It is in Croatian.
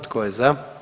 Tko je za?